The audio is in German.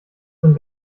sind